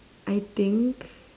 I think